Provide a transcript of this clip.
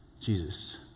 Jesus